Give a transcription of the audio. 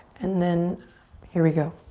and then here we go.